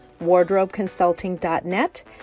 wardrobeconsulting.net